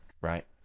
right